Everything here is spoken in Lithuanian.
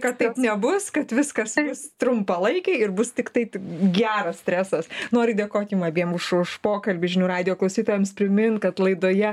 nori trumpėti kad taip nebus kad viskas eis trumpalaikiai ir bus tiktai geras stresas noriu dėkot jum abiem už už pokalbį žinių radijo klausytojams primint kad laidoje